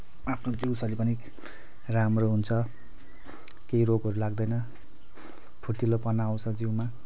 आफ्नो जिउ शरीर पनि राम्रो हुन्छ केही रोगहरू लाग्दैन फुर्तीलोपना आउँछ जिउमा